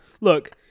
Look